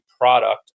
product